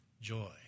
joy